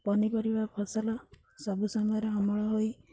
ପନିପରିବା ଫସଲ ସବୁ ସମୟରେ ଅମଳ ହୋଇ